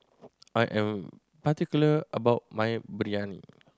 I am particular about my Biryani